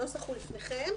הנוסח לפניכם.